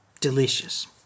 delicious